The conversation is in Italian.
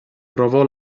provò